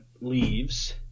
leaves